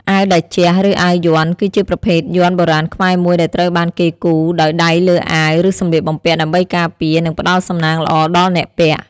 អាវតេជៈ ឬអាវយ័ន្ត គឺជាប្រភេទយ័ន្តបុរាណខ្មែរមួយដែលត្រូវបានគេគូរដោយដៃលើអាវ ឬសម្លៀកបំពាក់ ដើម្បីការពារ និងផ្ដល់សំណាងល្អដល់អ្នកពាក់។